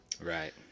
right